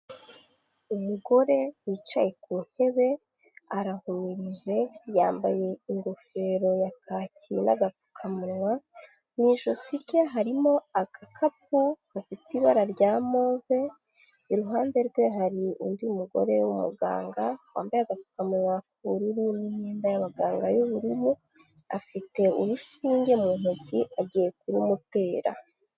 Umugore wicaye ku ntebe arahumirije yambaye ingofero ya kaki n'agapfukamunwa. Mu ijosi rye harimo agakapu gafite ibara rya move. Iruhande rwe hari undi mugore w'umuganga wambaye agapfukamunwa kubururu n'imyenda y'abaganga y'ubururu. Afite urusinge mu ntoki agiye kurumutera.